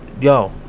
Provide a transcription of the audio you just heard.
Yo